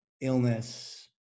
illness